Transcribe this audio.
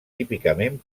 típicament